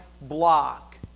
block